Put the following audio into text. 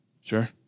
Sure